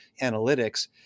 analytics